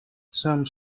some